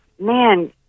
man